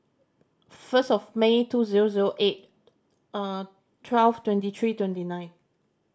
first of May two zero zero eight twelve twenty three twenty nine